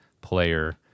player